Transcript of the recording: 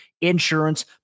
insurance